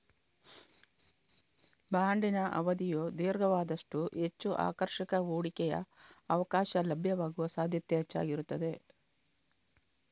ಬಾಂಡಿನ ಅವಧಿಯು ದೀರ್ಘವಾದಷ್ಟೂ ಹೆಚ್ಚು ಆಕರ್ಷಕ ಹೂಡಿಕೆಯ ಅವಕಾಶ ಲಭ್ಯವಾಗುವ ಸಾಧ್ಯತೆ ಹೆಚ್ಚಾಗಿರುತ್ತದೆ